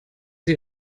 sie